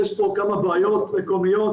יש פה כמה בעיות מקומיות.